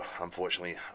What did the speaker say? unfortunately